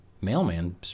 mailman